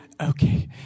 Okay